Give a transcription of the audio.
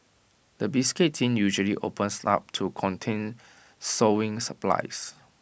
the biscuit tin usually opens up to contain sewing supplies